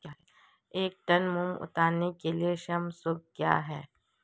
एक टन मूंग उतारने के लिए श्रम शुल्क क्या है?